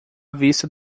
vista